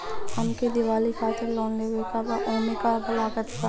हमके दिवाली खातिर लोन लेवे के बा ओमे का का लागत बा?